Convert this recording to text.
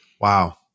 Wow